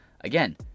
Again